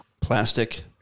plastic